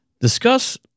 discuss